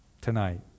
tonight